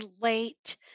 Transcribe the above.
late